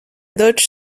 dodge